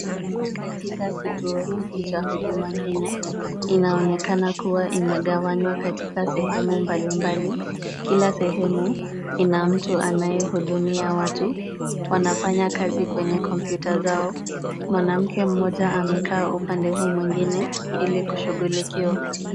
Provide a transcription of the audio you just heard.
Katika kituo hiki cha Huduma Kenya, inaonekana kuwa imegawanywa katika sehemu mbalimbali. Kila sehemu ina mtu anayehudumia watu, wanafanya kazi kwenye computer zao, mwanamke mmoja amekaa upande huu mwingine, ili kushughulikiwa.